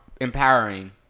empowering